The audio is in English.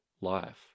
life